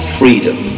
freedom